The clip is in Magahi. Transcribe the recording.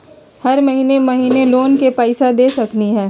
हम महिने महिने लोन के पैसा दे सकली ह?